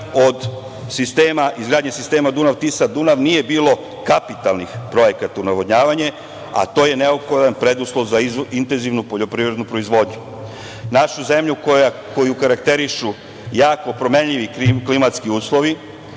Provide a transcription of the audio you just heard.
od izgradnje sistema Dunav-Tisa-Dunav nije bilo kapitalnih projekata u navodnjavanje, a to je neophodan preduslov za intenzivnu poljoprivrednu proizvodnju.Za našu zemlju, koju karakterišu jako promenljivi klimatski uslovi,